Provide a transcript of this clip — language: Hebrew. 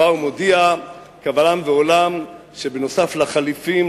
ובה הוא מודיע קבל עם ועולם שבנוסף לחליפים,